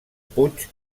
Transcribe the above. puig